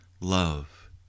love